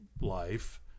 life